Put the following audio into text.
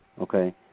okay